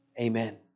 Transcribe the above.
Amen